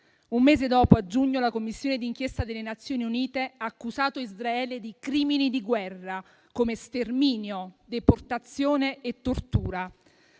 Un mese dopo, a giugno, la Commissione d'inchiesta delle Nazioni Unite ha accusato Israele di crimini di guerra come sterminio, deportazione e tortura.